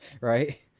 Right